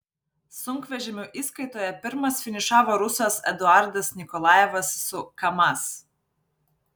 sunkvežimių įskaitoje pirmas finišavo rusas eduardas nikolajevas su kamaz